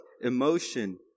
emotion